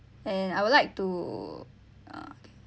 and I would like to uh